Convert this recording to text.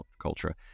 culture